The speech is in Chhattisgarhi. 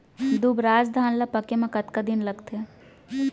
दुबराज धान ला पके मा कतका दिन लगथे?